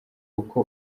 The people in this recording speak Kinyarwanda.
uko